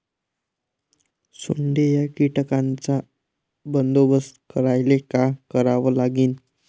सोंडे या कीटकांचा बंदोबस्त करायले का करावं लागीन?